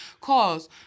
cause